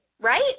Right